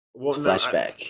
flashback